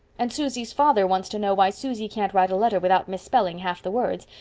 and susy's father wants to know why susy can't write a letter without misspelling half the words,